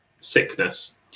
sickness